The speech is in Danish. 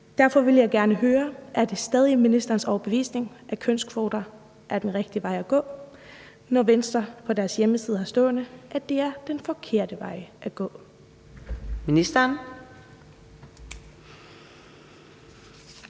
Derfor vil jeg gerne høre: Er det stadig ministerens overbevisning, at kønskvoter er den rigtige vej at gå, når Venstre på deres hjemmeside har stående, at det er den forkerte vej at gå?